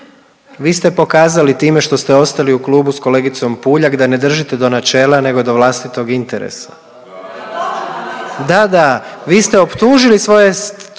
Vi ste pokazali time što ste ostali u klubu s kolegicom Puljak da ne držite do načela nego do vlastitog interesa. .../Upadica se ne čuje./...